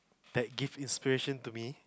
like give inspiration to me